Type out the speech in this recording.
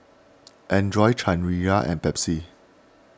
andre Chanira and Pepsi